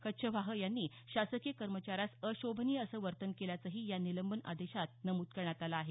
कच्छवाह यांनी शासकीय कर्मचाऱ्यास अशोभनीय असं वर्तन केल्याचंही या निलंबन आदेशात नमूद करण्यात आलं आहे